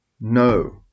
no